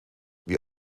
wie